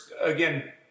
again